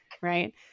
right